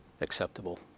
acceptable